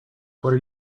are